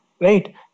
Right